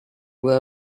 were